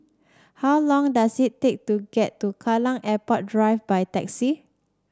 how long does it take to get to Kallang Airport Drive by taxi